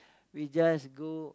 we just go